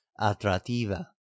attrativa